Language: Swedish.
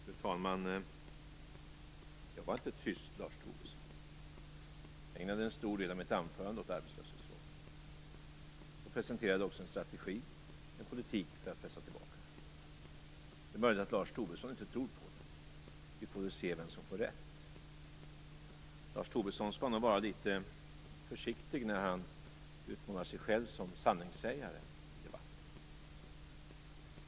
Fru talman! Jag var inte tyst, Lars Tobisson. Jag ägnade en stor del av mitt anförande åt arbetslöshetsfrågorna. Jag presenterade också en strategi, en politik för att pressa tillbaka den. Det är möjligt att Lars Tobisson inte tror på den. Vi får nu se vem som får rätt. Lars Tobisson skall nog vara litet försiktig när han utmålar sig själv som sanningssägare i debatten.